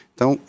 Então